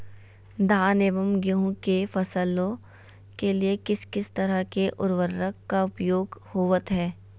धान एवं गेहूं के फसलों के लिए किस किस तरह के उर्वरक का उपयोग होवत है?